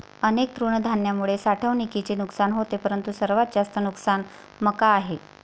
अनेक तृणधान्यांमुळे साठवणुकीचे नुकसान होते परंतु सर्वात जास्त नुकसान मका आहे